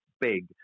big